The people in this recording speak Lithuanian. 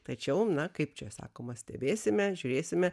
tačiau na kaip čia sakoma stebėsime žiūrėsime